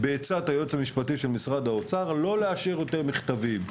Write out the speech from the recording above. בעצת היועץ המשפטי של משרד האוצר לא לאשר יותר מכתבים.